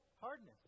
hardness